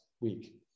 week